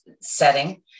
setting